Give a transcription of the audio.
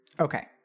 Okay